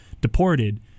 deported